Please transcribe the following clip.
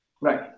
Right